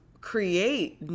create